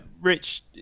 rich